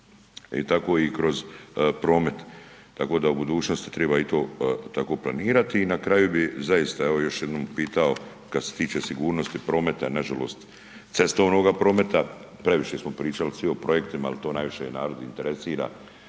i, tako i kroz promet, tako da u budućnosti triba i to tako planirati i na kraju bi zaista evo još jednom pitao kad se tiče sigurnosti prometa, nažalost cestovnoga prometa, previše smo pričali svi o projektima, al to najviše narod interesira